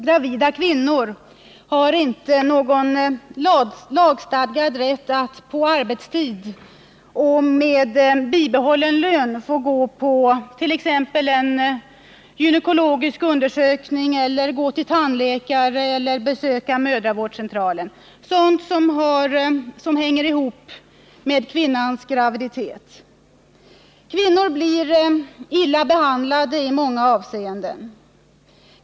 Gravida kvinnor har inte någon lagstadgad rätt att på arbetstid och med bibehållen lön få gå t.ex. på gynekologisk undersökning, till tandläkare, till mödravårdscentral eller göra någonting annat som hänger ihop med graviditeten. Kvinnor blir illa behandlade i många avseenden.